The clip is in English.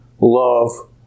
Love